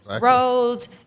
roads